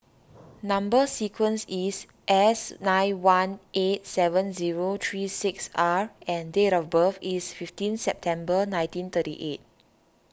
Number Sequence is S nine one eight seven zero three six R and date of birth is fifteen September nineteen thirty eight